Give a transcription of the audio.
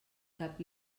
cap